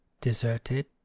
deserted